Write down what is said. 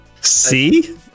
See